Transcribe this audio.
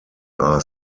are